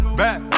back